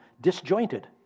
disjointed